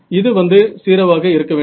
இது வந்து 0 ஆக இருக்க வேண்டும்